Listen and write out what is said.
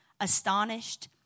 astonished